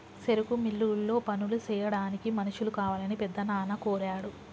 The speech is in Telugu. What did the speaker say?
సెరుకు మిల్లులో పనులు సెయ్యాడానికి మనుషులు కావాలని పెద్దనాన్న కోరాడు